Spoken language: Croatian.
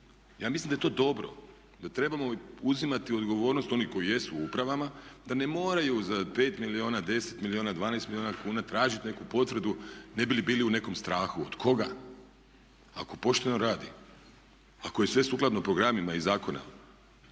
Ja mislim da je to dobro, da trebamo uzimati odgovornost onih koji jesu u upravama da ne moraju za 5 milijuna, 10 milijuna, 12 milijuna kuna tražiti neku potvrdu ne bi li bili u nekom strahu. Od koga, ako pošteno radi? Ako je sve sukladno programima iz zakona.